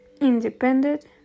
independent